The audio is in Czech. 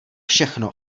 všechno